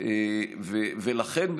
לכן,